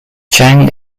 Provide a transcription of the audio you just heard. chang